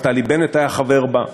נפתלי בנט היה חבר בה,